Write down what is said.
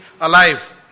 alive